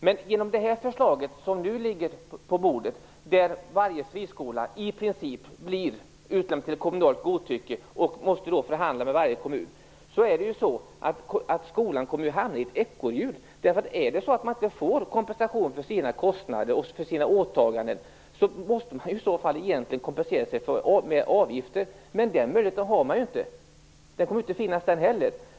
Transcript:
Men genom det förslag som nu ligger på bordet, där varje friskola i princip blir utlämnad till kommunalt godtycke och måste förhandla med varje kommun, kommer skolan att hamna i ett ekorrhjul. Får man inte kompensation för sina kostnader och för sina åtaganden måste man egentligen kompensera sig med avgifter. Men den möjligheten har man ju inte. Den kommer inte att finnas den heller.